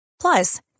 Plus